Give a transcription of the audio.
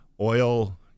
oil